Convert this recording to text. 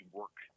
work